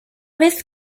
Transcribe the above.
vez